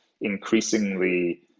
increasingly